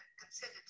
considered